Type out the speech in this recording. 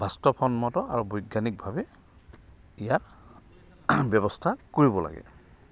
বাস্তৱসন্মত আৰু বৈজ্ঞানিকভাৱে ইয়াত ব্যৱস্থা কৰিব লাগে